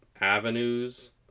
avenues